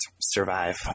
survive